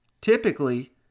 typically